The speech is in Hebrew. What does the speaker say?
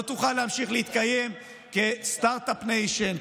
לא תוכל להתקיים כסטרטאפ ניישן,